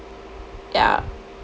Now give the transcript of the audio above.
ya